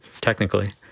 technically